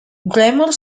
grammar